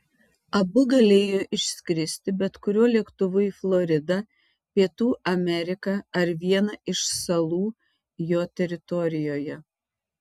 abu galėjo išskristi bet kuriuo lėktuvu į floridą pietų ameriką ar vieną iš salų jo teritorijoje